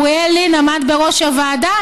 ואוריאל לין עמד בראש הוועדה.